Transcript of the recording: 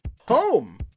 home